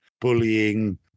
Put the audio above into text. bullying